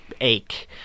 ache